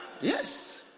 Yes